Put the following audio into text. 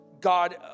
God